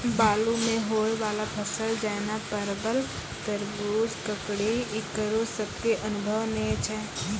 बालू मे होय वाला फसल जैना परबल, तरबूज, ककड़ी ईकरो सब के अनुभव नेय छै?